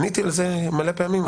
עניתי לזה הרבה פעמים.